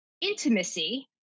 intimacy